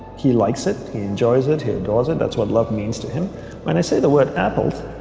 he likes it he enjoys it here daughter that's what love means to him when i say the word apples